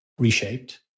reshaped